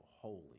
holy